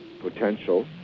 potential